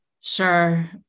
Sure